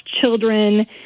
children